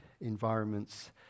environments